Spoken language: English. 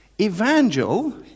Evangel